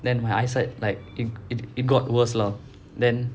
then my eyesight like it it it got worse lor then